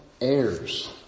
heirs